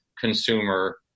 consumer